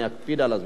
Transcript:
אני אקפיד על הזמן.